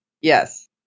Yes